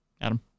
Adam